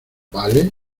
vale